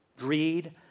greed